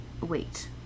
Wait